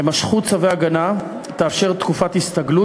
הימשכות צו ההגנה תאפשר תקופת הסתגלות